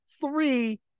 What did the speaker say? three